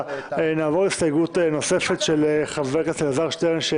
נעבור להסתייגות של חבר הכנסת אלעזר שטרן.